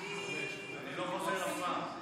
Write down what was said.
לא חוזר אף פעם.